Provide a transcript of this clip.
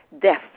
death